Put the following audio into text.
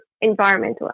environmental